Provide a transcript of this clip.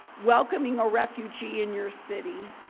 welcoming a refugee in your city,